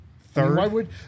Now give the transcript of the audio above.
Third